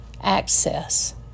access